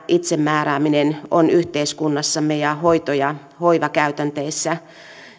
itsemäärääminen on yhteiskunnassamme ja hoito ja hoivakäytänteissä